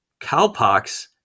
cowpox